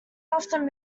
often